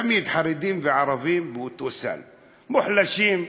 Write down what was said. תמיד חרדים וערבים באותו סל: מוחלשים,